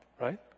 Right